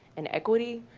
and equity,